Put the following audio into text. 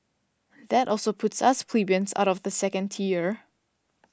that also puts us plebeians out of the second tier